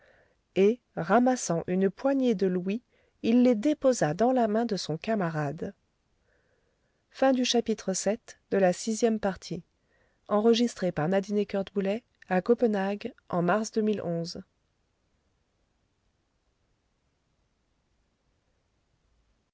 et ramassant une poignée de louis il les déposa dans la main de son camarade